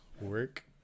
work